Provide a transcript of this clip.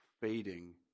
fading